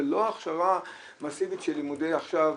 ולא הכשרה מסיבית של לימודי תואר עכשיו,